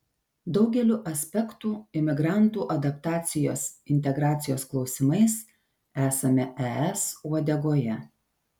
daugeliu aspektų imigrantų adaptacijos integracijos klausimais esame es uodegoje